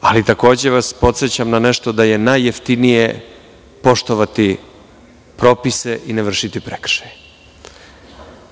ali takođe vas podsećam da je najjeftinije poštovati propise i ne vršiti prekršaje.